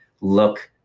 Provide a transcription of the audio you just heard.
look